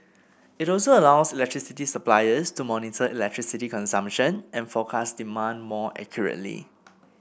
it also allows electricity suppliers to monitor electricity consumption and forecast demand more accurately